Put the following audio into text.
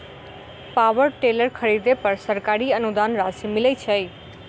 Power tiller खरीदे पर सरकारी अनुदान राशि मिलय छैय?